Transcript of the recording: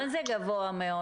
מה זה גבוה מאוד?